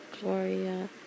Gloria